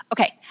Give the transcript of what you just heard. okay